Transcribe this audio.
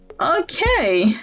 okay